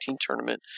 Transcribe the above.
tournament